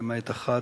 למעט אחת,